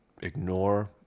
ignore